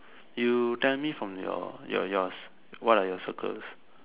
you tell me from yours what are your circles